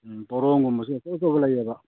ꯎꯝ ꯄꯣꯔꯣꯡꯒꯨꯝꯕꯁꯨ ꯑꯆꯧ ꯑꯆꯧꯕ ꯂꯩꯌꯦꯕ